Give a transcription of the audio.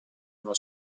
uno